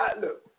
look